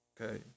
Okay